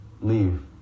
leave